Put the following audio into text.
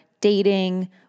dating